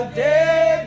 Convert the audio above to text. day